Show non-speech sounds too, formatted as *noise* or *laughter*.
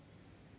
*breath*